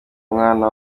umwana